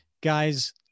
guys